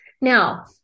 Now